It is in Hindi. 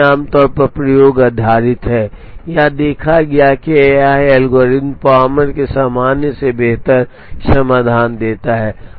यह भी आम तौर पर प्रयोग पर आधारित है यह देखा गया है कि यह एल्गोरिदम पामर के सामान्य से बेहतर समाधान देता है